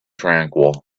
tranquil